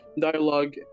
dialogue